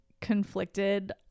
conflicted